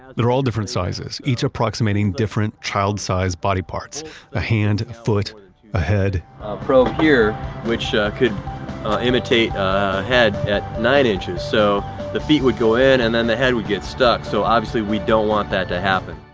they're all different sizes. each approximating different child sized body parts a hand foot ahead. a prob here which could imitate head at nine inches so the feet would go in and then the head would get stuck. so obviously we don't want that to happen.